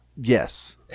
yes